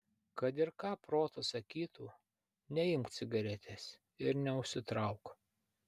kad ir ką protas sakytų neimk cigaretės ir neužsitrauk